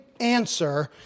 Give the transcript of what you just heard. answer